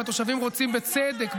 והתושבים רוצים בצדק,